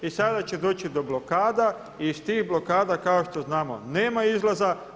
I sada će doći do blokada i iz tih blokada kao što znamo nema izlaza.